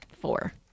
four